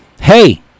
Hey